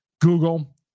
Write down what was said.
Google